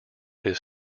his